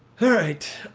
all right